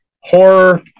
Horror